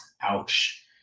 Ouch